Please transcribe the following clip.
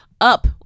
up